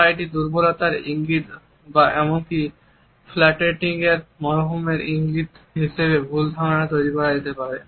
বা এটি দুর্বলতার ইঙ্গিত বা এমনকি ফ্লার্টেটিং মনোভাবের ইঙ্গিত হিসাবে ভুল ধারণা করা যেতে পারে